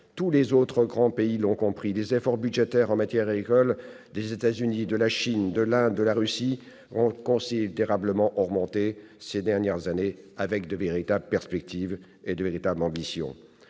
Tous les autres grands pays l'ont compris. Les efforts budgétaires en matière agricole des États-Unis, de la Chine, de l'Inde, de la Russie ont considérablement augmenté ces dernières années, avec de véritables perspectives et de véritables ambitions.